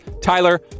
Tyler